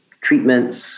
treatments